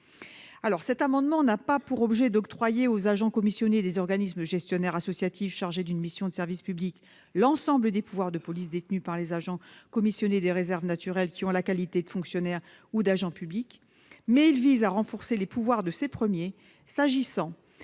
Cet amendement n'a pas pour objet d'octroyer aux agents commissionnés des organismes gestionnaires associatifs chargés d'une mission de service public l'ensemble des pouvoirs de police détenus par les agents commissionnés des réserves naturelles qui ont la qualité de fonctionnaire ou d'agent public, mais il vise à renforcer les pouvoirs des premiers s'agissant